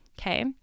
Okay